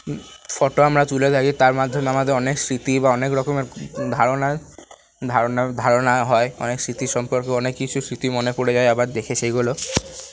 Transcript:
photo আমরা তুলে থাকি তার মাধ্যমে আমাদের অনেক স্মৃতি বা অনেক রকমের ধারণা ধারণা ধারণা হয় অনেক স্মৃতি সম্পর্ক অনেক কিছু স্মৃতি মনে পড়ে যায় আবার দেখে সেগুলো